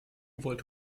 wollte